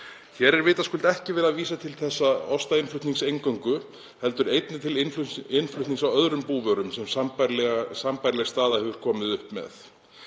Hér er vitaskuld ekki verið að vísa til þessa ostainnflutnings eingöngu heldur einnig til innflutnings á öðrum búvörum sem sambærileg staða hefur komið upp með.